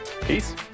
Peace